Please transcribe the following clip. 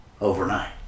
overnight